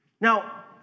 Now